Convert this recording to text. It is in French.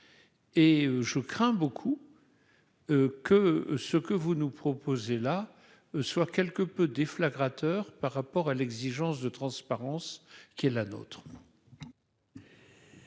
et je crains beaucoup que ce que vous nous proposez là soit quelque peu déflagration heure par rapport à l'exigence de transparence qui est la nôtre.